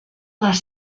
les